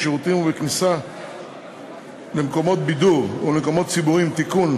בשירותים ובכניסה למקומות בידור ולמקומות ציבוריים (תיקון,